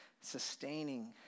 sustaining